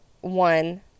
one